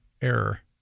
error